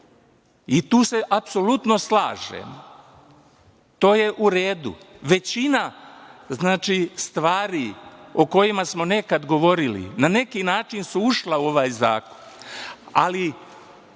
i tu se apsolutno slažemo, to je u redu. Većina stvari o kojima smo nekad govorili na neki način je ušla u ovaj zakon,